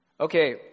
Okay